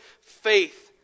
faith